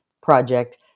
project